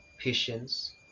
patience